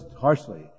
harshly